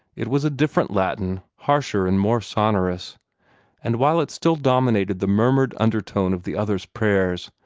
it was a different latin, harsher and more sonorous and while it still dominated the murmured undertone of the other's prayers,